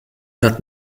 vingt